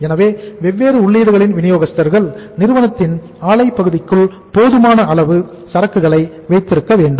எனவே வெவ்வேறு உள்ளீடுகளின் வினியோகஸ்தர்கள் நிறுவனத்தின் ஆலை பகுதிக்குள் போதுமான அளவு சரக்குகளை வைத்திருக்க வேண்டும்